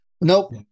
Nope